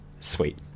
Sweet